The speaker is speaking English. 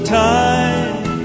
time